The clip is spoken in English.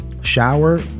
Shower